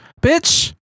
Bitch